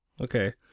Okay